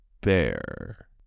bear